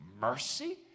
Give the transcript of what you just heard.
mercy